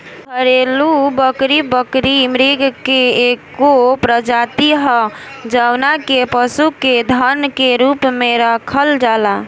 घरेलु बकरी, बकरी मृग के एगो प्रजाति ह जवना के पशु के धन के रूप में राखल जाला